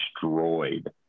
destroyed